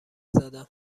زدم